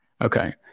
Okay